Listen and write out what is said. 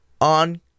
on